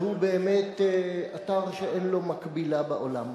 והוא באמת אתר שאין לו מקבילה בעולם,